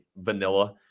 vanilla